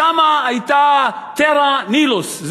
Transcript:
שם הייתה Terra Nullius,